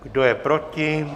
Kdo je proti?